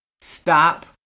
stop